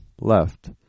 left